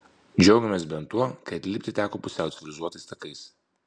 džiaugėmės bent tuo kad lipti teko pusiau civilizuotais takais